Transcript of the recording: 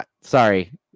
sorry